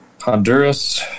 Honduras